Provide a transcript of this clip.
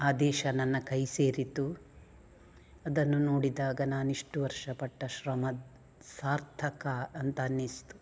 ಆದೇಶ ನನ್ನ ಕೈ ಸೇರಿತು ಅದನ್ನು ನೋಡಿದಾಗ ನಾನು ಇಷ್ಟು ವರ್ಷ ಪಟ್ಟ ಶ್ರಮದ ಸಾರ್ಥಕ ಅಂತ ಅನ್ನಿಸಿತು